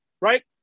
right